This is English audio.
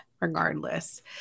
regardless